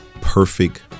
perfect